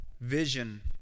vision